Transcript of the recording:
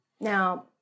Now